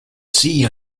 see